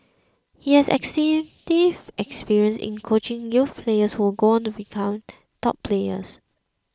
he has extensive experience in coaching youth players who would go on to become top players